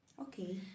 Okay